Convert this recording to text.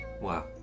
Wow